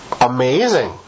amazing